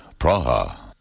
Praha